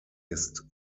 ist